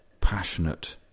passionate